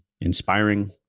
inspiring